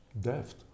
deft